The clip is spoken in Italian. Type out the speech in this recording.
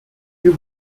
più